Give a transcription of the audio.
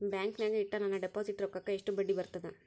ಬ್ಯಾಂಕಿನಾಗ ಇಟ್ಟ ನನ್ನ ಡಿಪಾಸಿಟ್ ರೊಕ್ಕಕ್ಕ ಎಷ್ಟು ಬಡ್ಡಿ ಬರ್ತದ?